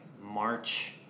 March